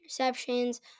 interceptions